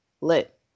Lit